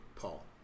Paul